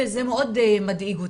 זה מאוד מדאיג אותי,